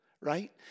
right